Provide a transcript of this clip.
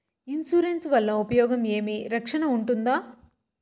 Insurance వల్ల ఉపయోగం ఏమి? రక్షణ ఉంటుందా?